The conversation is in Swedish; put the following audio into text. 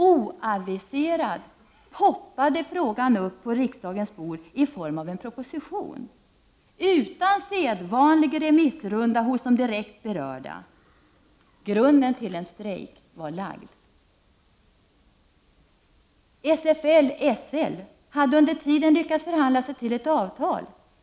Oaviserad poppade frågan upp på riksdagens bord i form av en proposition, utan sedvandlig remissrunda hos de direkt berörda. Grunden till en strejk var lagd. SFL/SL hade under tiden lyckats förhandla sig till ett avtal.